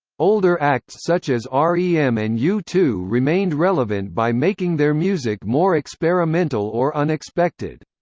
older acts such as r e m. and u two remained relevant by making their music more experimental or unexpected.